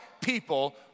people